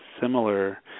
similar